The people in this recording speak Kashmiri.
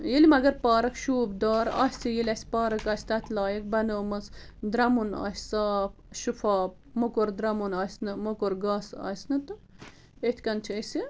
ییٚلہِ مگر پارک شوٗب دار آسہِ ییٚلہِ اَسہِ پارک آسہِ تَتھ لایق بَنٲمٕژ درٛمُن آسہِ صاف شِفاف موٚکُر درٛمُن آسہِ نہٕ موٚکُر گاسہٕ آسہِ نہٕ تہٕ یِتھ کن چھِ أسۍ یہِ